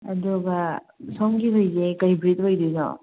ꯑꯗꯨꯒ ꯁꯣꯝꯒꯤ ꯍꯨꯏꯁꯦ ꯀꯩ ꯕ꯭ꯔꯤꯗ ꯑꯣꯏꯗꯣꯏꯅꯣ